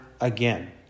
Again